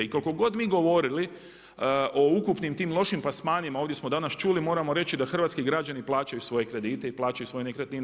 I koliko god mi govorili o ukupnim tim lošim plasmanima ovdje smo danas čuli, moramo reći da hrvatski građani plaćaju svoje kredite i plaćaju svoje nekretnine.